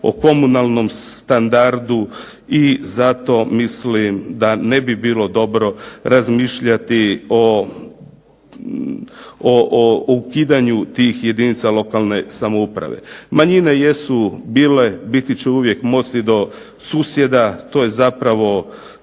o komunalnom standardu i zato mislim da ne bi bilo dobro razmišljati o ukidanju tih jedinica lokalne samouprave. Manjine jesu uvijek bile, biti će uvijek ... do susjeda to je zapravo